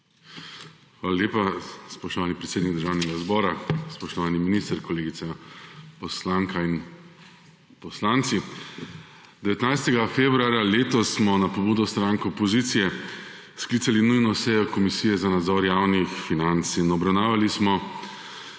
Hvala lepa. Spoštovani predsednik Državnega zbora, spoštovani minister, kolegica poslanka in poslanci! 19. februarja letos smo na pobudo stranke opozicije sklicali nujno sejo Komisije za nadzor javnih financ in obravnavali smo